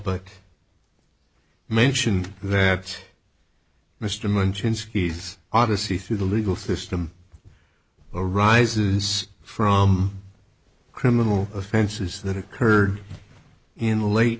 but mention that mr minchin ski's odyssey through the legal system arises from criminal offenses that occurred in the late